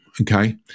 okay